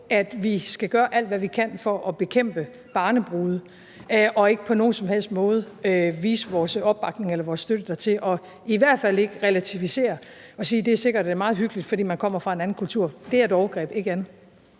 at vi skal gøre alt, hvad vi kan, for at bekæmpe, at der er barnebrude, og ikke på nogen som helst måde vise vores opbakning eller vores støtte dertil og i hvert fald ikke relativisere og sige, at det sikkert er meget hyggeligt, fordi man kommer fra en anden kultur. Det er et overgreb – ikke andet.